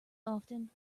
often